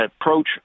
approach